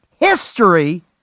history